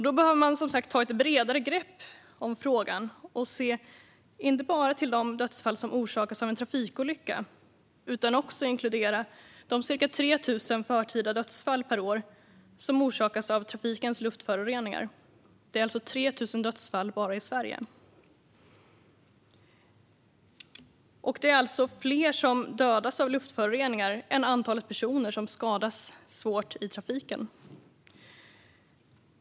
Då behöver man ta ett bredare grepp om frågan och inte bara se till de dödsfall som orsakas av en trafikolycka utan också inkludera de ca 3 000 förtida dödsfall per år som orsakas av trafikens luftföroreningar. Det är 3 000 dödsfall bara i Sverige. Det är fler som dödas av luftföroreningar än antalet personer som skadas svårt i trafiken.